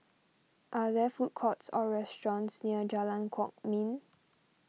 are there food courts or restaurants near Jalan Kwok Min